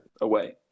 away